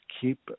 keep